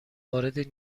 وارد